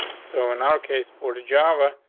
so, in our case for the job, ah